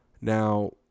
Now